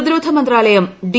പ്രതിരോധ മന്ത്രാലയം ഡി